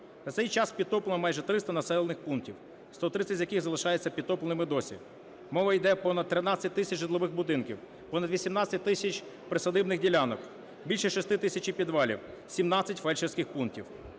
На цей час підтоплено майже 300 населених пунктів, 130 з яких залишаються підтопленими й досі. Мова йде про понад 13 тисяч житлових будинків, понад 18 тисяч присадибних ділянок, більше 6 тисяч підвалів, 17 фельдшерських пунктів.